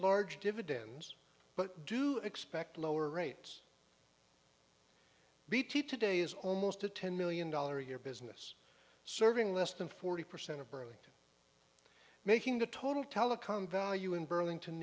large dividends but do expect lower rates bt today is almost a ten million dollar a year business serving less than forty percent of burlington making the total telecom value in burlington